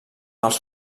els